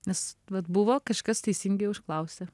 nes vat buvo kažkas teisingai užklausė